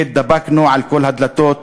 והתדפקנו על כל הדלתות,